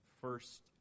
first